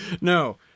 No